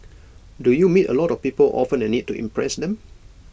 do you meet A lot of people often and need to impress them